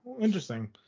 Interesting